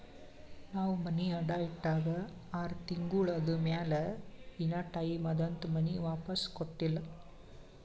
ನಾವ್ ಮನಿ ಅಡಾ ಇಟ್ಟಾಗ ಆರ್ ತಿಂಗುಳ ಆದಮ್ಯಾಲ ಇನಾ ಟೈಮ್ ಅದಂತ್ ಮನಿ ವಾಪಿಸ್ ಕೊಟ್ಟಿಲ್ಲ